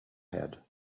had